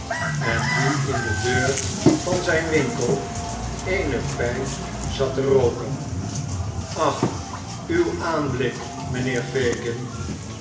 en die in de deur van zijn winkel eene pijp zat te rooken ach uw aanblik mijnheer fagin